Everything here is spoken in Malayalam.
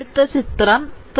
അടുത്തത് ചിത്രം 3